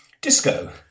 disco